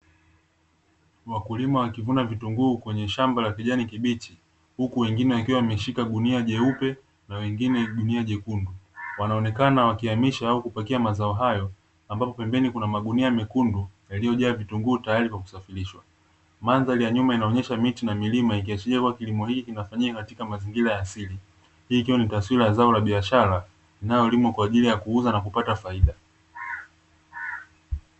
Wakulima wakivuna vitunguu kwenye shamba la kijani kibichi, huku wengine wakiwa wameshika gunia jeupe na wengine gunia nyekundu, wanaonekana wakiamisha au kupakia mazao hayo; ambapo pembeni kuna magunia mekundu yaliyojaa vitunguu tayari kwa kusafirishwa. Mandhari ya nyuma inaonyesha miti na milima ikiashiria kuwa kilimo hiki kinafanyika katika mazingira ya asili. Hii ikiwa ni taswira zao la biashara linalolimwa kwa ajili ya kuuza na kupata faida.